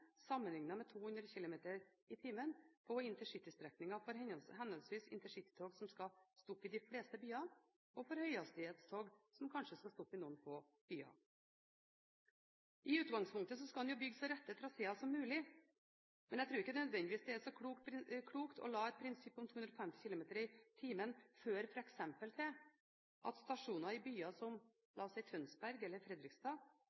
sammenliknet med 200 km/t på intercitystrekningene for henholdsvis intercitytog som skal stoppe i de fleste byene, og for høyhastighetstog som kanskje bare skal stoppe i noen få byer. I utgangspunktet skal man jo bygge så rette traséer som mulig, men jeg tror ikke det nødvendigvis er så klokt å la et prinsipp om 250 km/t føre til at stasjonene i byer som f.eks. Tønsberg eller Fredrikstad